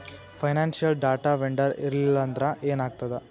Financial data vendor ಇರ್ಲ್ಲಿಲ್ಲಾಂದ್ರ ಏನಾಗ್ತದ?